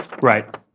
Right